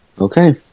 Okay